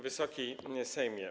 Wysoki Sejmie!